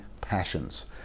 passions